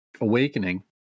awakening